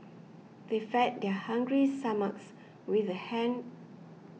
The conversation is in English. they fed their hungry stomachs with the ham